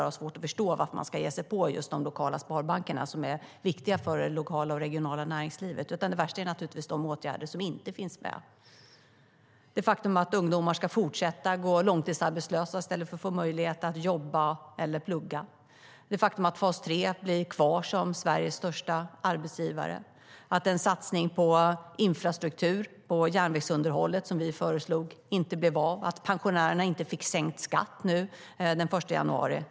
Jag har svårt att förstå varför man ska ge sig på just de lokala sparbankerna, som är viktiga för det lokala och det regionala näringslivet. Det värsta är naturligtvis de åtgärder som inte finns med. Det handlar om det faktum att ungdomar ska fortsätta att gå långtidsarbetslösa i stället för att få möjlighet att jobba eller plugga och det faktum att fas 3 blir kvar som Sveriges största arbetsgivare. Den satsning på infrastruktur och på järnvägsunderhållet som vi föreslog blev inte av. Pensionärerna fick inte sänkt skatt nu den 1 januari.